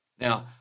Now